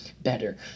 better